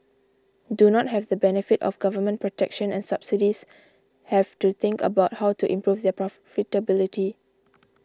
do not have the benefit of government protection and subsidies have to think about how to improve their profitability